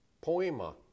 Poema